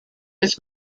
his